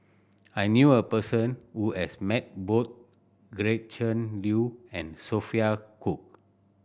I knew a person who has met both Gretchen Liu and Sophia Cooke